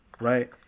right